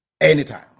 anytime